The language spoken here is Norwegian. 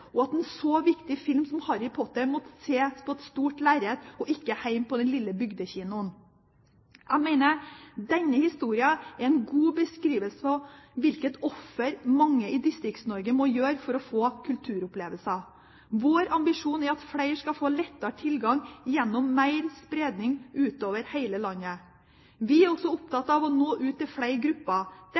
og at en så viktig film som Harry Potter måtte ses på stort lerret og ikke hjemme på den lille bygdekinoen. Jeg mener denne historien er en god beskrivelse av hvilket offer mange i Distrikts-Norge må gjøre for å få kulturopplevelser. Vår ambisjon er at flere skal få lettere tilgang gjennom mer spredning utover hele landet. Vi er også opptatt av å nå ut til flere grupper.